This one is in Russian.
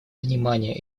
внимание